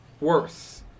Worse